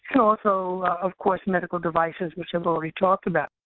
and also, of course, medical devices, which i've already talked about.